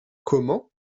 comment